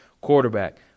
Quarterback